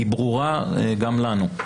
היא ברורה גם לנו.